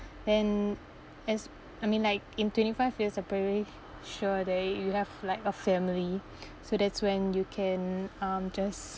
and as I mean like in twenty five years I'm pretty sure that you have like a family so that's when you can um just